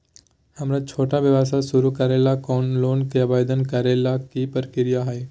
हमरा छोटा व्यवसाय शुरू करे ला के लोन के आवेदन करे ल का प्रक्रिया हई?